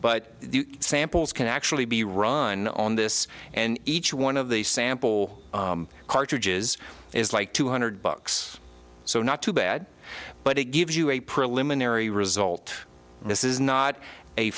the samples can actually be run on this and each one of the sample cartridges is like two hundred bucks so not too bad but it gives you a preliminary result this is not a